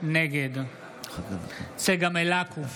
נגד צגה מלקו,